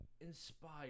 inspire